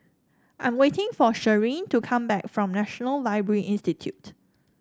I'm waiting for Cheryll to come back from National Library Institute